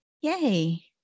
Yay